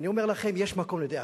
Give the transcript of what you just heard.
אני אומר לכם: יש מקום לדאגה.